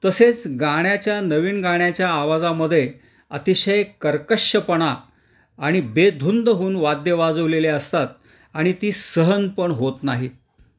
तसेच गाण्याच्या नवीन गाण्याच्या आवाजामध्ये अतिशय कर्कश्शपणा आणि बेधुंद होऊन वाद्य वाजवलेले असतात आणि ती सहन पण होत नाहीत